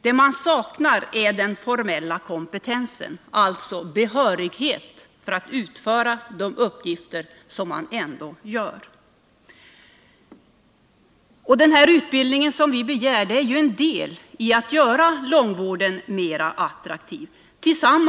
Vad de saknar är den formella kompetensen, behörigheten att utföra de uppgifter som de ändå utför. Denna utbildning som vi begär är en del i arbetet på att göra långvården mer attraktiv.